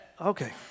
okay